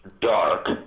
dark